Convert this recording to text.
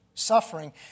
suffering